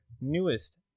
newest